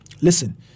listen